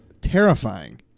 terrifying